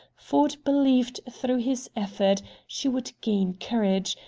ford believed through his effort she would gain courage,